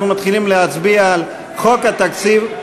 אנחנו מתחילים להצביע על חוק התקציב,